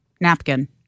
Napkin